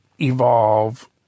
Evolve